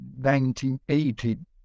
1980